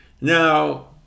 Now